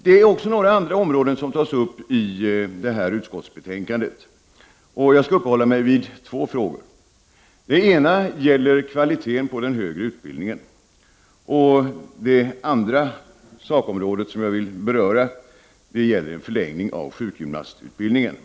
Det är också några andra områden som tas upp i detta utskottsbetänkande, och jag skall uppehålla mig vid två frågor. Den ena gäller kvaliteten på den högre utbildningen, och det andra sakområdet som jag vill beröra gäller en förlängning av sjukgymnastutbildningen.